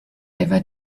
ever